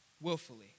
willfully